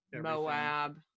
Moab